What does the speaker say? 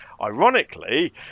Ironically